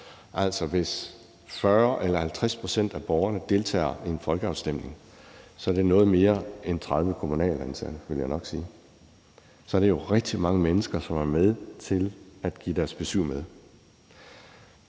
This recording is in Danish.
altså at hvis 40 eller 50 pct. af borgerne deltager i en folkeafstemning, er det noget mere end 30 kommunalt ansatte, vil jeg nok sige. Så er det jo rigtig mange mennesker, som er med til at give deres besyv med.